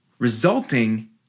resulting